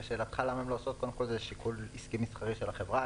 לשאלתך למה הן לא עושות קודם כול זה שיקול עסקי מסחרי של החברה.